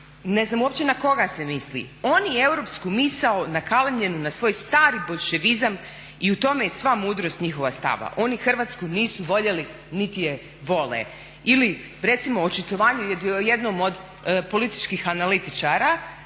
ne znam uopće na koga se misli "oni europsku misao nakalamnjenu na svoj stari boljševizam i u tome je sva mudrost njihova stava. Oni Hrvatsku nisu voljeli niti je vole." Ili recimo očitovanje jednog od političkih analitičara